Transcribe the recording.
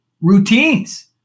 routines